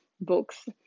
books